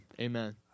amen